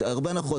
יש הרבה הנחות.